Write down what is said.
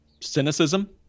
cynicism